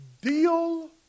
Deal